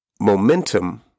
momentum